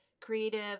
creative